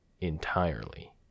entirely